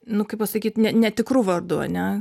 nu kaip pasakyt ne netikru vardu ane